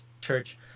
church